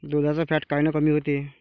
दुधाचं फॅट कायनं कमी होते?